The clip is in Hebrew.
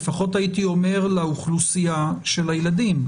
לפחות לאוכלוסייה של הילדים?